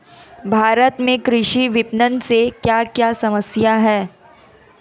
भारत में कृषि विपणन से क्या क्या समस्या हैं?